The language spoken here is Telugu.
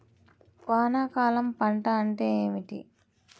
వానాకాలం పంట అంటే ఏమిటి?